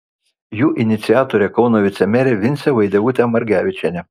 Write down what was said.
jų iniciatorė kauno vicemerė vincė vaidevutė margevičienė